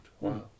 Wow